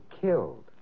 killed